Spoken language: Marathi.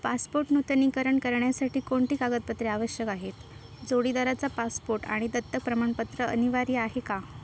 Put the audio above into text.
पासपोट नूतनीकरण करण्यासाठी कोणती कागदपत्रे आवश्यक आहेत जोडीदाराचा पासपोट आणि दत्तक प्रमाणपत्र अनिवार्य आहे का